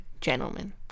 gentlemen